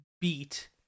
beat